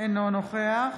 אינו נוכח